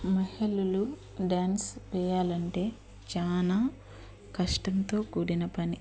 మహిళలు డాన్స్ వేయాలి అంటే చాలా కష్టంతో కూడిన పని